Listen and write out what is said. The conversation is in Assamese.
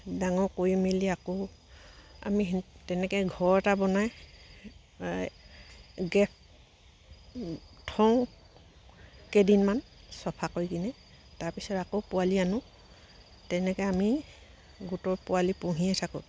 ডাঙৰ কৰি মেলি আকৌ আমি তেনেকৈ ঘৰ এটা বনাই গেপ থওঁ কেইদিনমান চফা কৰি কিনে তাৰপিছত আকৌ পোৱালি আনোঁ তেনেকৈ আমি গোটৰ পোৱালি পুহিয়ে থাকোঁ